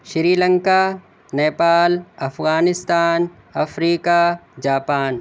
شری لنکا نیپال افغانستان افریقہ جاپان